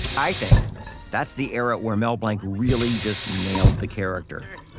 i think that's the era where mel blanc really just nailed the character